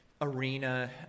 arena